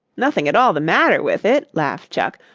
nothing at all the matter with it, laughed chuck,